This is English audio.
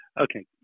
okay